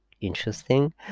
interesting